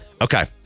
Okay